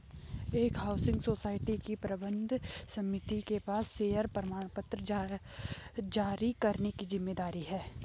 एक housing society की प्रबंध समिति के पास शेयर प्रमाणपत्र जारी करने की जिम्मेदारी है